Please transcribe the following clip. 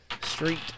street